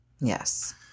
Yes